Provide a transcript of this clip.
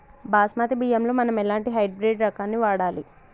బాస్మతి బియ్యంలో మనం ఎలాంటి హైబ్రిడ్ రకం ని వాడాలి?